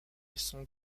sont